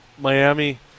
Miami